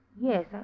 Yes